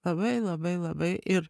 labai labai labai ir